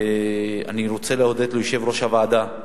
אני רוצה להודות ליושב-ראש הוועדה,